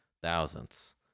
Thousandths